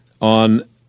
on